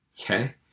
Okay